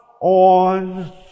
on